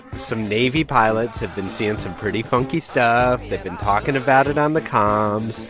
some navy pilots have been seeing some pretty funky stuff. they've been talking about it on the comms.